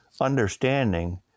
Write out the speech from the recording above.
understanding